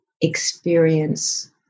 experience